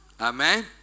Amen